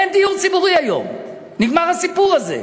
אין דיור ציבורי היום, נגמר הסיפור הזה.